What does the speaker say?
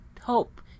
hope